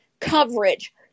coverage